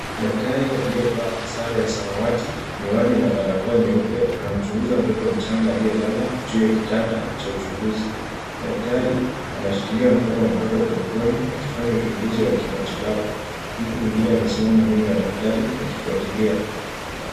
Daktari aliyevaa sare ya samawati, miwani na barakoa nyeupe, anamchunguza mtoto mchanga aliyelala juu ya kitanda cha uchunguzi. Daktari anashikilia mkono wa mtoto kwa upole akifanya uchunguzi wa kimatibabu. Mtu mwingine amesimama nyuma ya daktari akifuatilia.